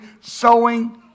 sowing